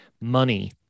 money